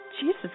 Jesus